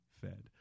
fed